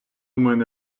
мене